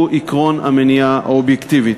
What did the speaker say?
שהוא עקרון המניעה האובייקטיבית.